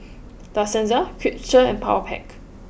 La Senza Chipster and Powerpac